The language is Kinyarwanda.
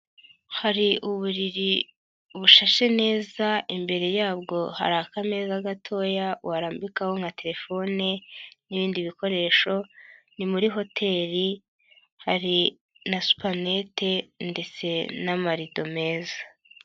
Hari uburiri bushashe neza imbere yabwo hari akameza gatoya warambikaho nka telefone n'ibindi bikoresho ni muri hoteri hari na supanete ndetse n'amarido meza.